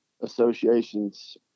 associations